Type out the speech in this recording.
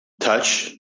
touch